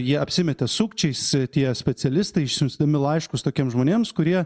jie apsimetė sukčiais tie specialistai išsiųsdami laiškus tokiems žmonėms kurie